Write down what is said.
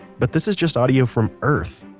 but this is just audio from earth.